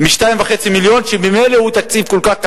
מ-2.5 מיליון, וממילא הוא תקציב כל כך קטן,